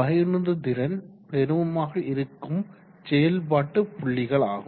பயனுறுதிறன் பெருமமாக இருக்கும் செயல்பாட்டு புள்ளிகளாகும்